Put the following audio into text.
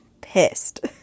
pissed